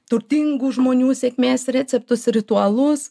turtingų žmonių sėkmės receptus ritualus